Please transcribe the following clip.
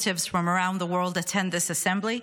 from around the world attend this assembly,